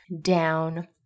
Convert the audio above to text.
down